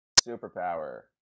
Superpower